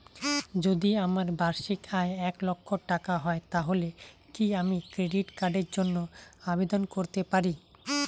যদি আমার বার্ষিক আয় এক লক্ষ টাকা হয় তাহলে কি আমি ক্রেডিট কার্ডের জন্য আবেদন করতে পারি?